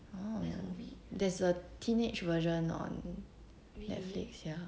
oh there's a teenage version on Netflix ya